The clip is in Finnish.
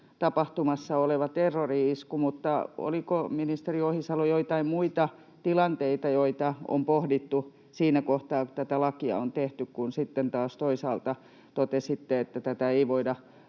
tapahtumassa oleva terrori-isku — oliko, ministeri Ohisalo, joitain muita tilanteita, joita on pohdittu siinä kohtaa, kun tätä lakia on tehty, kun toisaalta totesitte, että tätä ei voida